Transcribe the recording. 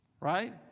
right